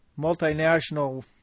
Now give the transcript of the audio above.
multinational